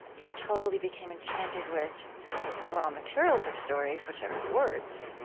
you totally became enchanted with the raw materials of stories, which are words.